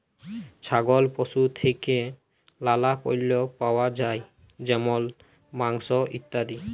ছাগল পশু থেক্যে লালা পল্য পাওয়া যায় যেমল মাংস, ইত্যাদি